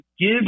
give